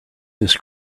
his